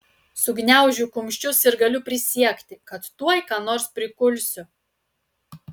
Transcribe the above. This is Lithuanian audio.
sugniaužiu kumščius ir galiu prisiekti kad tuoj ką nors prikulsiu